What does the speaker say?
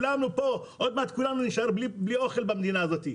עוד מעט כולנו נישאר בלי אוכל במדינה הזאת.